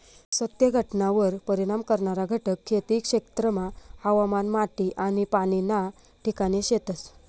सत्य घटनावर परिणाम करणारा घटक खेती क्षेत्रमा हवामान, माटी आनी पाणी ना ठिकाणे शेतस